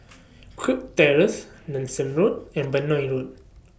Kirk Terrace Nanson Road and Benoi Road